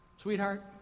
Sweetheart